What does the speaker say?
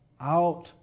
Out